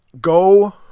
Go